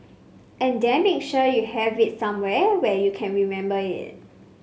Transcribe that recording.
and then make sure you have it somewhere where you can remember it